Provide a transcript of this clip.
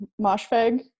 moshfag